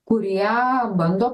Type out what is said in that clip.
kurie bando